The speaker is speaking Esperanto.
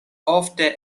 ofte